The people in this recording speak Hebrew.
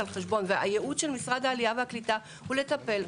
והייעוד של משרד העליה והקליטה הוא לטפל בעולים.